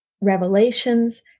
revelations